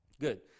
Good